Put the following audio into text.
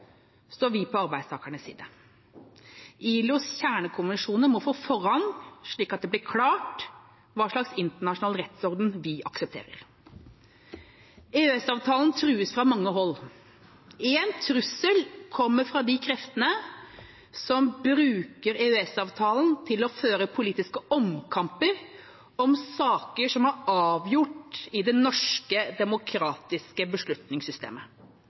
står vi på arbeidstakernes side. ILOs kjernekonvensjoner må få forrang, slik at det blir klart hva slags internasjonal rettsorden vi aksepterer. EØS-avtalen trues fra mange hold. Én trussel kommer fra de kreftene som bruker EØS-avtalen til å føre politiske omkamper om saker som er avgjort i det norske demokratiske beslutningssystemet